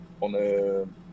on